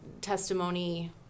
testimony